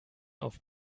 auf